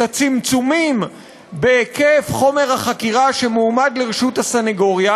את הצמצומים בהיקף חומר החקירה שמועמד לרשות הסנגוריה,